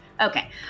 Okay